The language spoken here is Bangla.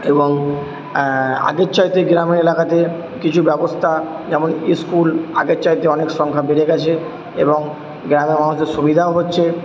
এবং আগের চাইতে গ্রাম এলাকাতে কিছু ব্যবস্থা যেমন স্কুল আগের চাইতে অনেক সংখ্যা বেড়ে গেছে এবং গ্রামের মানুষদের সুবিধাও হচ্ছে